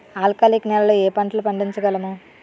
ఆల్కాలిక్ నెలలో ఏ పంటలు పండించగలము?